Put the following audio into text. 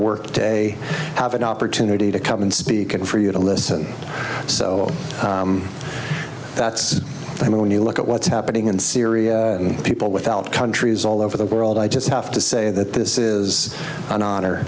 work day have an opportunity to come and speak and for you to listen so that's i mean when you look at what's happening in syria people without countries all over the world i just have to say that this is an honor